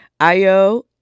Ayo